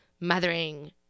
mothering